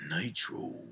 Nitro